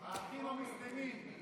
האחים המוסלמים.